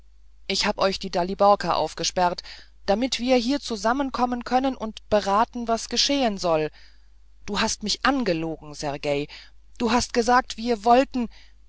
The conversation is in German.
ich hab euch die daliborka aufgesperrt damit wir hier zusammenkommen können und beraten was geschehen soll du hast mich angelogen sergej du hast gesagt wir wollten